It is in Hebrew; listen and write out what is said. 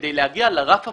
כדי להגיע לרף הפלילי,